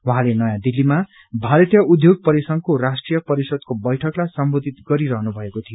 उहाँले आज नयाँ दिल्लीमा ाभारतीय उध्योग परिसंघको राष्ट्रिय परिषदको बैठकलाई सम्बोधित गरिरहनु भएको थियो